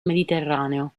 mediterraneo